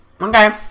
Okay